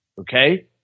okay